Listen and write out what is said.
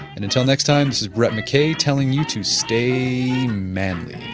and until next time, this is brett mckay telling you to stay manly